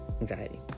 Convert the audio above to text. anxiety